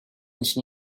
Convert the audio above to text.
için